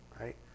right